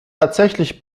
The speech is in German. tatsächlich